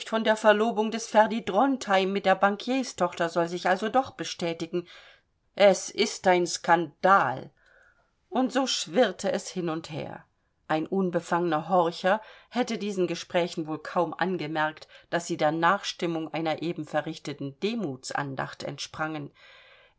von der verlobung des ferdi drontheim mit der bankierstochter soll sich also doch bestätigen es ist ein skandal und so schwirrte es hin und her ein unbefangener horcher hätte diesen gesprächen wohl kaum angemerkt daß sie der nachstimmung einer eben verrichteten demutsandacht entsprangen